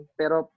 pero